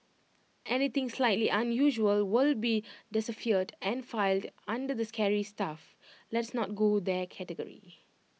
anything slightly unusual will be deciphered and filed under the scary stuff let's not go there category